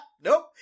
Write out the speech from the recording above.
nope